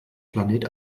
planet